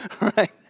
right